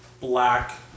Black